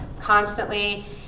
constantly